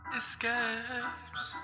escapes